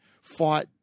fought